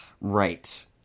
Right